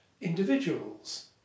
individuals